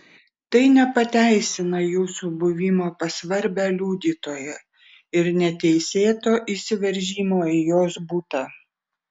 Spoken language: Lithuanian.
tai nepateisina jūsų buvimo pas svarbią liudytoją ir neteisėto įsiveržimo į jos butą